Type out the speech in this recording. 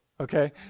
okay